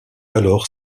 alors